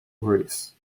maurice